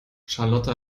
charlotte